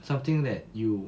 something that you